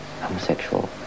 homosexual